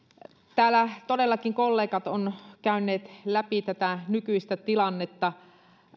täällä todellakin kollegat ovat käyneet läpi tätä nykyistä tilannetta